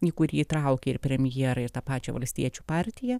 į kurį įtraukė ir premjerą ir tą pačią valstiečių partiją